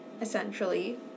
essentially